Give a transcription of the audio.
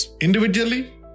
Individually